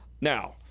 Now